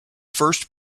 first